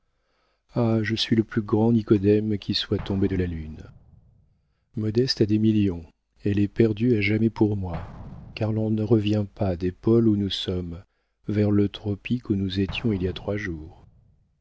ah je suis le plus grand nicodème qui soit tombé de la lune modeste a des millions elle est perdue à jamais pour moi car l'on ne revient pas des pôles où nous sommes vers le tropique où nous étions il y a trois jours